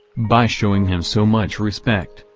by showing him so much respect,